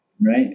right